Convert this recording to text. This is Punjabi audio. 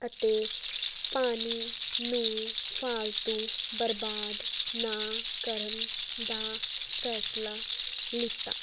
ਅਤੇ ਪਾਣੀ ਨੂੰ ਫਾਲਤੂ ਬਰਬਾਦ ਨਾ ਕਰਨ ਦਾ ਫੈਸਲਾ ਲਿੱਤਾ